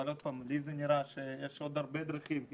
אבל נראה לי שיש עוד הרבה דרכים.